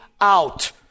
out